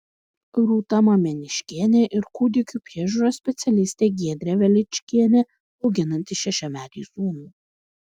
rūta mameniškienė ir kūdikių priežiūros specialistė giedrė veličkienė auginanti šešiametį sūnų